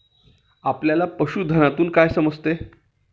आपल्याला पशुधनातून काय समजते?